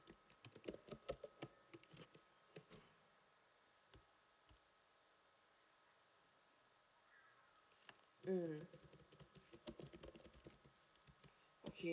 mm okay